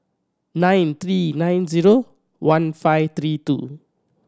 nine three nine Genome one five three two